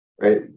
right